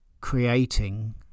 creating